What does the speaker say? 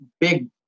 big